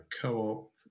co-op